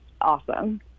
awesome